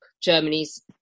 Germany's